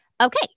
okay